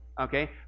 okay